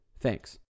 Thanks